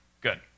good